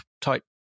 type